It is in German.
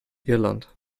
irland